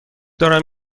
دارم